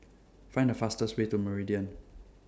Find The fastest Way to Meridian